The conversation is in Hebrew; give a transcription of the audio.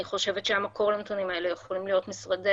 אני חושבת המקור לנתונים האלה יכולים להיות משרדי